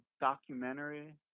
documentary